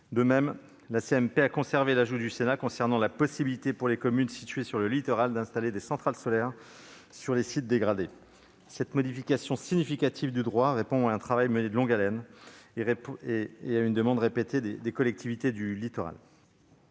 De même, la CMP a maintenu dans le texte l'ajout du Sénat concernant la possibilité pour les communes situées sur le littoral d'installer des centrales solaires sur les sites dégradés. Cette modification significative du droit résulte d'un travail de longue haleine et répond à une demande répétée des collectivités du littoral.